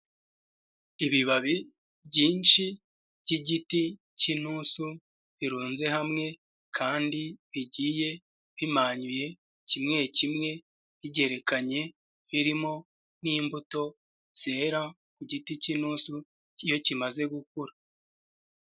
Ibibabi byinshi by'igiti k'intusu birunze hamwe, kandi bigiye bimanyuye kimwe kimwe, bigerekanye birimo n'imbuto zera ku giti cy'intusu iyo kimaze gukura.